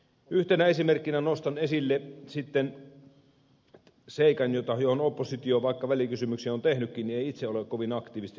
yhtenä esimerkkinä nostan sitten esille seikan johon oppositio vaikka välikysymyksen on tehnytkin ei itse ole kovin aktiivisesti osallistunut